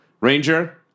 Ranger